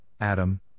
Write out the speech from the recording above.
adam